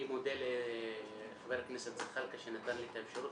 אני מודה לחבר הכנסת זחאלקה שנתן לי את האפשרות